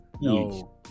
No